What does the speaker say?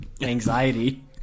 anxiety